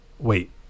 Wait